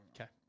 Okay